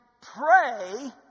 pray